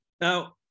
now